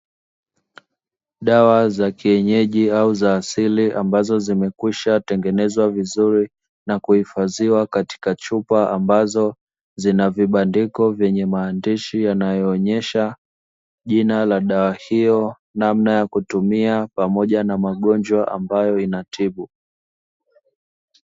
Dawa za kienyeji au za asili ambazo zimekwisha tengenezwa vizuri na kuhifadhiwa katika chupa ambazo zina vibandiko vyenye maandishi yanayoonyesha: jina la dawa hiyo, namna ya kutumia pamoja na magonjwa ambayo inatibu.